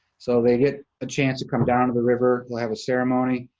so they get a chance to come down to the river, they'll have a ceremony,